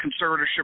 conservatorship